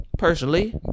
Personally